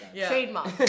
Trademark